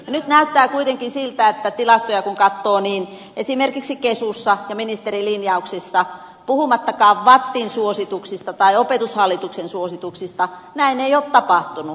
nyt näyttää kuitenkin siltä kun tilastoja katsoo että esimerkiksi kesussa ja ministerilinjauksissa puhumattakaan vattin suosituksista tai opetushallituksen suosituksista näin ei ole tapahtunut